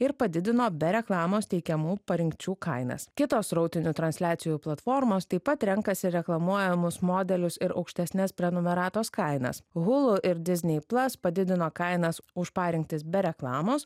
ir padidino be reklamos teikiamų parinkčių kainas kitos srautinių transliacijų platformos taip pat renkasi reklamuojamus modelius ir aukštesnes prenumeratos kainas hulu ir disney plus padidino kainas už parinktis be reklamos